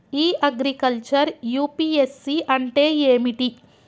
ఇ agriculture UPSC అంటే ఏమిటి?